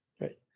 right